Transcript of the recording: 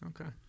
Okay